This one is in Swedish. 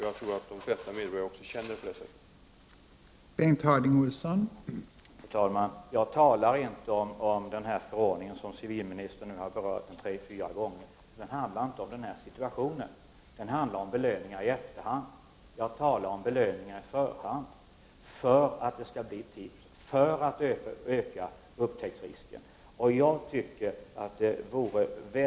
Jag tror att de flesta medborgare också känner på det sättet.